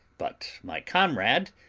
but my comrade,